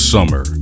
Summer